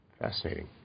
Fascinating